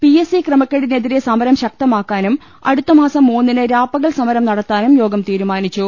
PS C ക്രമക്കേടിനെതിരെ സ്മരം ശക്തമാക്കാനും അടു ത്തമാസം മൂന്നിന് രാപ്പകൽസമരം നടത്താനും യോഗം തീരുമാ നിച്ചു